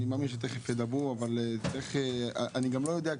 אני מאמין שתיכף ידברו אבל אני גם לא יודע,